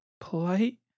polite